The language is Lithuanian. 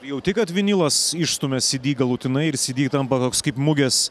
jauti kad vinilas išstumia cd galutinai ir cd tampa toks kaip mugės